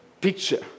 picture